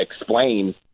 explain